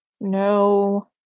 No